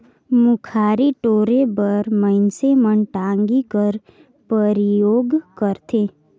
मुखारी टोरे बर मइनसे मन टागी कर परियोग करथे